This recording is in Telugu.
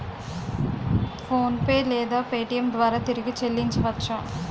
ఫోన్పే లేదా పేటీఏం ద్వారా తిరిగి చల్లించవచ్చ?